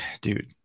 dude